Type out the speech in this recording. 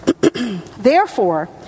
Therefore